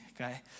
Okay